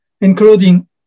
including